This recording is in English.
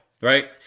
right